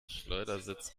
schleudersitz